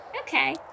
Okay